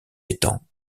étangs